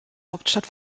hauptstadt